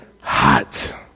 hot